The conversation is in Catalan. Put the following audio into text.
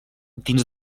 dins